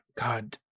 god